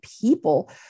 people